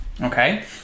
okay